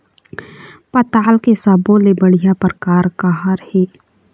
पताल के सब्बो ले बढ़िया परकार काहर ए?